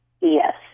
yes